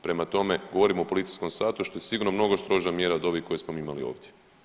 Prema tome, govorimo o policijskom satu što je sigurno mnogo stroža mjera od ovih koje smo mi imali ovdje.